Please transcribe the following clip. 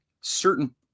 certain